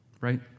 right